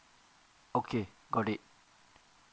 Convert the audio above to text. okay got it